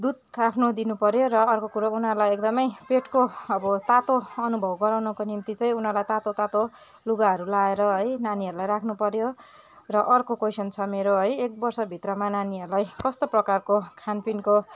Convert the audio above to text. दुध आफ्नो दिनुपऱ्यो र अर्को कुरो उनीहरूलाई एकदमै पेटको अब तातो अनुभव गराउनुको निम्ति चैँ उनारलाई तातो तातो लुगाहरू लाएर है नानीहरूलाई राख्नुपऱ्यो र अर्को कोइसन छ मेरो है र एक वर्षभित्रमा नानीहरूलाई कस्तो प्रकारको खानपिनको